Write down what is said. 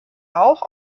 auch